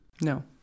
No